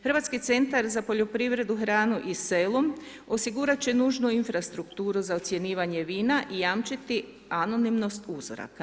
Hrvatski centar za poljoprivredu, hranu i selo osigurati će nužno infrastrukturu za ocjenjivanje vina i jamčiti anonimnost uzoraka.